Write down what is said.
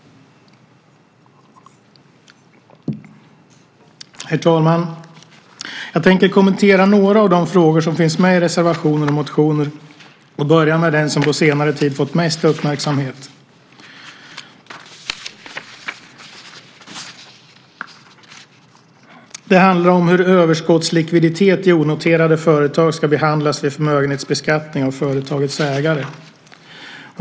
Herr talman! Jag tänker kommentera några av de frågor som finns med i reservationer och motioner och börjar med den som under senare tid har fått mest uppmärksamhet. Det handlar om hur överskottslikviditet i onoterade företag ska behandlas vid förmögenhetsbeskattningen av företagets ägare.